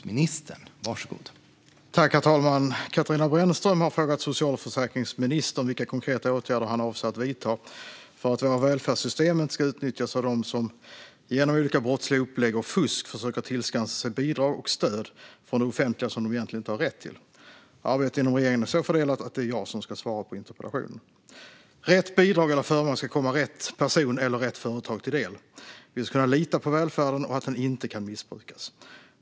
Herr talman! Katarina Brännström har frågat socialförsäkringsministern vilka konkreta åtgärder han avser att vidta för att våra välfärdssystem inte ska utnyttjas av dem som genom olika brottsliga upplägg och fusk försöker tillskansa sig bidrag och stöd från det offentliga som de egentligen inte har rätt till. Arbetet inom regeringen är så fördelat att det är jag som ska svara på interpellationen. Rätt bidrag eller förmån ska komma rätt person eller rätt företag till del. Vi ska kunna lita på välfärden och att den inte kan missbrukas.